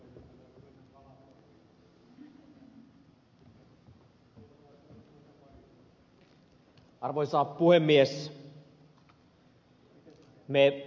arvoisa puhemies